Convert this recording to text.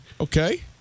Okay